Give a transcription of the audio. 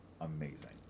amazing